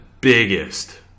biggest